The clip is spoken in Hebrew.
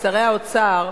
שרי האוצר,